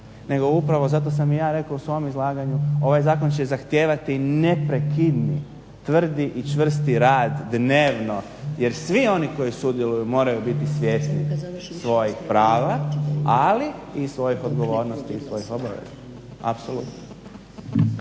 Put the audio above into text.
Nego upravo zato sam i ja rekao u svom izlaganju, ovaj zakon će zahtijevati neprekidni, tvrdi i čvrsti rad dnevno jer svi oni koji sudjeluju moraju biti svjesni svoga prava ali i svojih odgovornosti i svojih obaveza, apsolutno.